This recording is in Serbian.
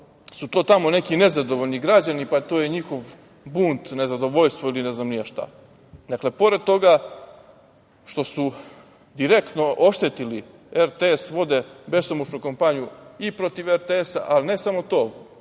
su to tamo neki nezadovoljni građani, pa to je njihov bunt nezadovoljstva ili ne znam ni ja šta. Dakle, pored toga što su direktno oštetili RTS, vode besomučnu kampanju i protiv RTS, ali ne samo to.